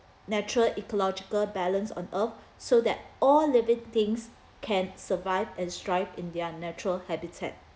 natural ecological balance on earth so that all living things can survive and thrive in their natural habitat